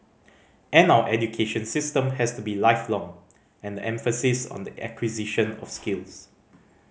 and our education system has to be lifelong and the emphasis on the acquisition of skills